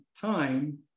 time